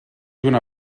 una